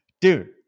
Dude